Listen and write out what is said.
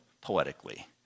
poetically